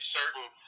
certain